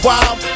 Wild